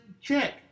check